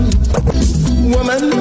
Woman